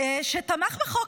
שתמך בחוק,